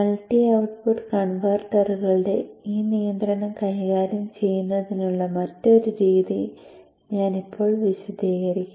multi output കൺവെർട്ടറുകളുടെ ഈ നിയന്ത്രണം കൈകാര്യം ചെയ്യുന്നതിനുള്ള മറ്റൊരു രീതി ഞാൻ ഇപ്പോൾ വിശദീകരിക്കും